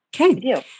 Okay